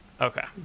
Okay